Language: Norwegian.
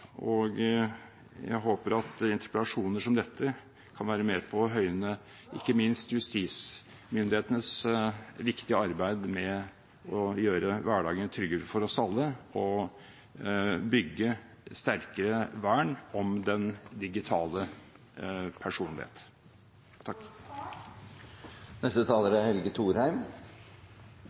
og jeg håper at interpellasjoner som dette kan være med på å høyne ikke minst justismyndighetenes viktige arbeid med å gjøre hverdagen tryggere for oss alle, og bygge sterkere vern om den digitale personlighet.